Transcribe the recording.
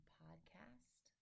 podcast